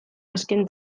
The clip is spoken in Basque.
azken